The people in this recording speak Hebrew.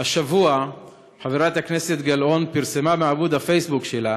השבוע חברת הכנסת גלאון פרסמה בעמוד הפייסבוק שלה